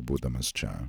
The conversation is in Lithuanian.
būdamas čia